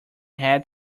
had